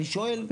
אני שואל.